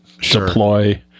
deploy